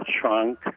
shrunk